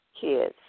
kids